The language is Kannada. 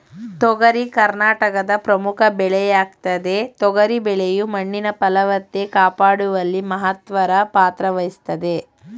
ತೊಗರಿ ಕರ್ನಾಟಕದ ಪ್ರಮುಖ ಬೆಳೆಯಾಗಯ್ತೆ ತೊಗರಿ ಬೆಳೆಯು ಮಣ್ಣಿನ ಫಲವತ್ತತೆ ಕಾಪಾಡುವಲ್ಲಿ ಮಹತ್ತರ ಪಾತ್ರವಹಿಸ್ತದೆ